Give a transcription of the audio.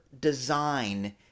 design